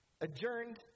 adjourned